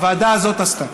הוועדה הזאת עשתה.